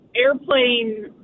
Airplane